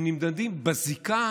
שהם נמדדים בזיקה